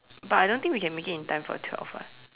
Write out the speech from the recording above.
but I don't think we can make it in time for twelve ah